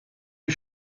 lui